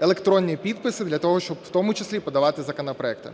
електронні підписи для того, щоб в тому числі подавати законопроекти.